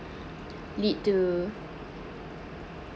lead to